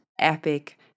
epic